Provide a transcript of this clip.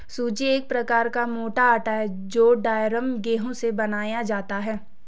सूजी एक प्रकार का मोटा आटा है जो ड्यूरम गेहूं से बनाया जाता है